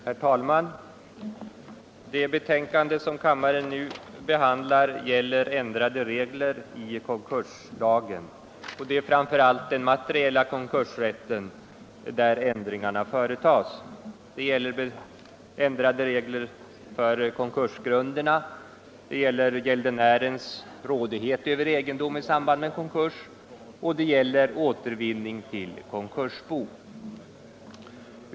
Herr talman! Det betänkande som kammaren nu behandlar gäller ändrade regler i konkurslagen. Det är framför allt när det gäller den materiella konkursrätten som ändringar föreslås. Det gäller ändrade regler beträffande konkursgrunderna, gäldenärens rådighet över egendomen i samband med konkurs och återvinning till konkursbo.